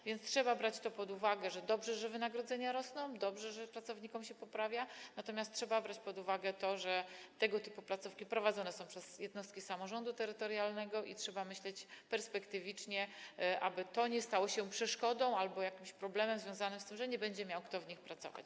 A więc trzeba brać to pod uwagę, że dobrze, że wynagrodzenia rosną, dobrze, że pracownikom się poprawia, natomiast trzeba brać pod uwagę to, że tego typu placówki prowadzone są przez jednostki samorządu terytorialnego i trzeba myśleć perspektywicznie, aby to nie stało się przeszkodą albo jakimś problemem związanym z tym, że nie będzie miał kto w nich pracować.